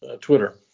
Twitter